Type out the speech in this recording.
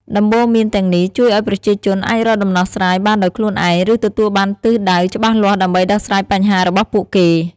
ដំបូន្មានទាំងនេះជួយឲ្យប្រជាជនអាចរកដំណោះស្រាយបានដោយខ្លួនឯង ឬទទួលបានទិសដៅច្បាស់លាស់ដើម្បីដោះស្រាយបញ្ហារបស់ពួកគេ។